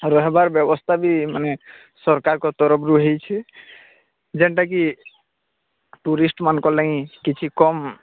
ରହିବାର ବ୍ୟବସ୍ଥା ବି ମାନେ ସରକାରଙ୍କ ତରଫରୁ ହୋଇଛି ୟୋଉଟାକି ଟୁରିଷ୍ଟମାନଙ୍କ ଲାଗି କିଛି କମ୍